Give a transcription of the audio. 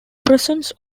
presence